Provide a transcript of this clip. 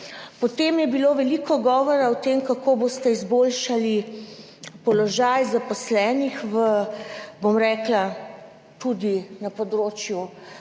Potem je bilo veliko govora o tem kako boste izboljšali položaj zaposlenih v, bom rekla, tudi na področju